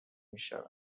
میشود